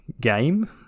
game